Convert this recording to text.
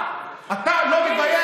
מי, עם לפיד?